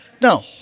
No